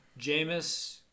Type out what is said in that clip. Jameis